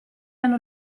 hanno